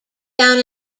down